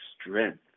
strength